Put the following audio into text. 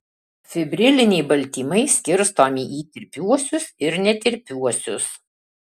fibriliniai baltymai skirstomi į tirpiuosius ir netirpiuosius